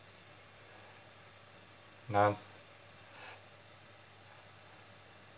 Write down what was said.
none